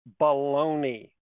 baloney